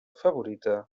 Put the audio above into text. favorita